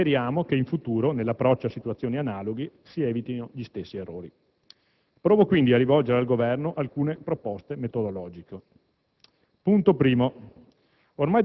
Speriamo che in futuro, nell'approccio a situazioni analoghe, si evitino gli stessi errori. Provo quindi a rivolgere al Governo alcune proposte metodologiche. Punto primo: